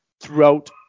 throughout